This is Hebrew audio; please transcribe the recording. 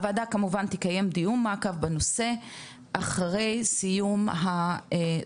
הוועדה כמובן תקיים דיון מעקב בנושא אחרי סיום הפיילוט.